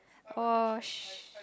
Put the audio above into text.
oh sh~